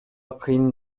кыйын